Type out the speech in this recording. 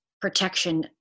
protection